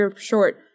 short